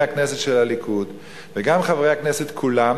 חברי הכנסת של הליכוד וגם חברי הכנסת כולם